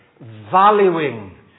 valuing